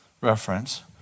reference